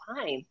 time